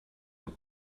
dem